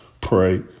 pray